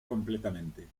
completamente